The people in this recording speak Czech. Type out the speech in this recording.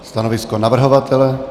Stanovisko navrhovatele?